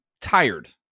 tired